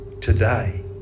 today